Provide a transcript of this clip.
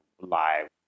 live